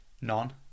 None